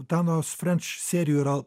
tanos frenč serijų yra